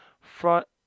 front